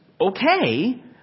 Okay